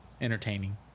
Entertaining